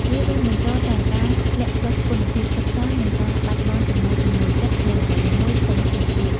វារួមបញ្ចូលទាំងការធ្លាក់ចុះគុណភាពសិក្សា និងការបាត់បង់ចំណង់ចំណូលចិត្តលើអ្វីមួយផ្សេងៗទៀត។